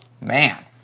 Man